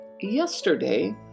Yesterday